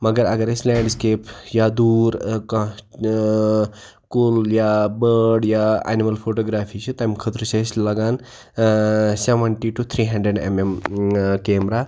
مگر اگر اسہِ لینٛڈسِکیپ یا دوٗر ٲں کانٛہہ ٲں کُل یا بانٛڈ یا اینِمٕل فوٗٹوٗگرٛافی چھِ تمہِ خٲطرٕ چھِ اسہِ لگان ٲں seventy to three hundred M M ٲں کیمرا